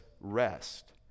rest